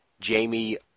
Jamie